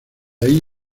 ahí